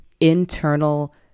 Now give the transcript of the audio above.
internal